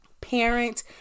Parent